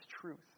truth